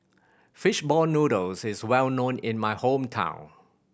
fish ball noodles is well known in my hometown